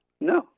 no